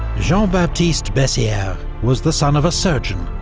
jean-baptiste bessieres was the son of a surgeon,